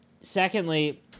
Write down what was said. Secondly